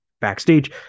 backstage